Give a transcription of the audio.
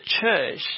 church